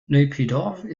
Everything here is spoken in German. naypyidaw